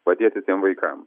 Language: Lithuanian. padėti tiem vaikam